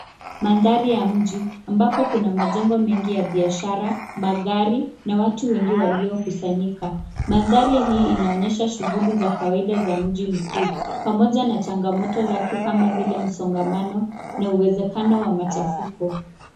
Mandhari ya mji ambapo kuna majengo mengi ya biashara, magari, na watu wengi waliokusanyika. Mandari hii inaonyesha shughuli za kawaida za mji mkuu, pamoja na changamoto zake kama vile msongamano, na uwezekano wa machafuko.